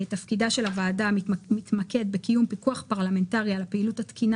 תפקידה של הוועדה מתמקד בקיום פיקוח פרלמנטרי על פעילות התקינה